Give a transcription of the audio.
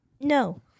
no